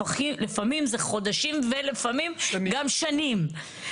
לפעמים זה חודשים ולפעמים גם שנים.